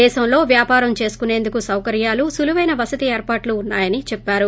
దేశంలో వ్వాపారం చేసుకుసేందుకు సౌకర్వాలు సులుపైన ేవసతి ఏర్పాట్లు ఉన్నాయని చెప్పారు